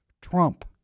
Trump